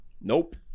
Nope